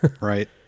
Right